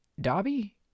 Dobby